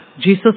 Jesus